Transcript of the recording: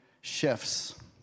shifts